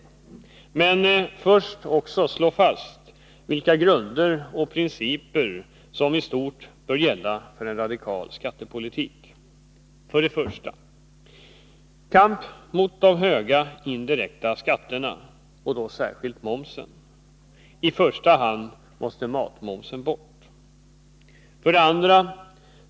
Men först vill jag slå fast vilka grunder och principer som i stort bör gälla för en radikal skattepolitik. 1. Kamp mot de höga indirekta skatterna, särskilt momsen. I första hand måste matmomsen bort. 2.